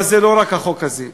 אבל זה לא רק החוק הזה,